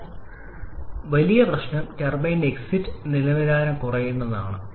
എന്നാൽ വലിയ പ്രശ്നം ടർബൈൻ എക്സിറ്റ് ഗുണനിലവാരം കുറയ്ക്കുന്നതാണ്